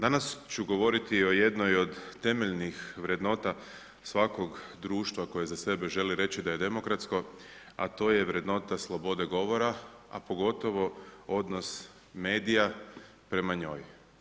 Danas ću govoriti o jednoj od temeljnih vrednota svakog društva koje za sebe želi reći da je demokratsko, a to je vrednota slobode govora, a pogotovo odnos medija prema njoj.